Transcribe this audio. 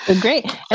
Great